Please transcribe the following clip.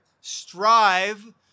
strive